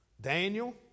Daniel